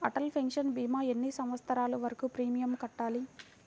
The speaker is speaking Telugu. అటల్ పెన్షన్ భీమా ఎన్ని సంవత్సరాలు వరకు ప్రీమియం కట్టాలి?